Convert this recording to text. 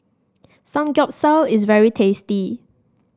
samgeyopsal is very tasty